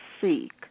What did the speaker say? seek